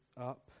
up